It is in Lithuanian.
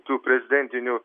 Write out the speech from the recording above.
tų prezidentinių